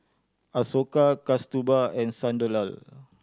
Ashoka Kasturba and Sunderlal